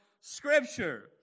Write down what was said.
Scripture